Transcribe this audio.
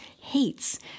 hates